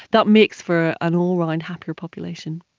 that makes for an all-round happier population.